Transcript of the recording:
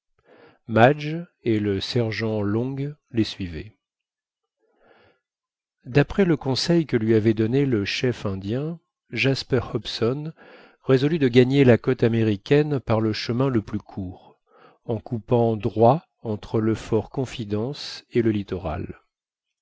madge et le sergent long les suivaient d'après le conseil que lui avait donné le chef indien jasper hobson résolut de gagner la côte américaine par le chemin le plus court en coupant droit entre le fort confidence et le littoral